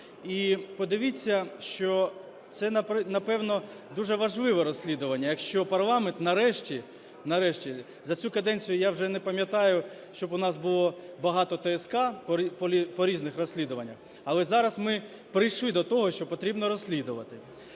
І подивіться, що це, напевно, дуже важливе розслідування, якщо парламент нарешті, нарешті, за цю каденцію я вже не пам'ятаю, щоб у нас було багато ТСК по різних розслідуваннях, але зараз ми прийшли до того, що потрібно розслідувати.